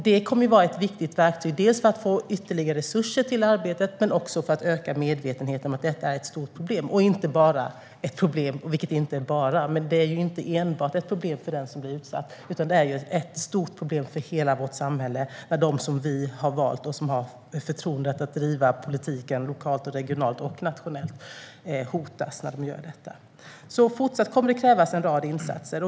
Det kommer att vara ett viktigt verktyg dels för att få ytterligare resurser till arbetet, dels för att öka medvetenheten om att detta är ett stort problem och inte enbart för den som blir utsatt utan även för hela vårt samhälle när de som vi har valt och som har fått förtroendet att driva politiken lokalt, regionalt och nationellt hotas när de gör detta. Fortsatt kommer det att krävas en rad insatser.